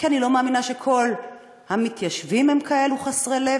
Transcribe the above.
כי אני לא מאמינה שכל המתיישבים הם כאלה חסרי לב.